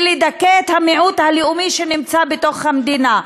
ולדכא את המיעוט הלאומי שנמצא במדינה,